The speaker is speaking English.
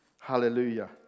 Hallelujah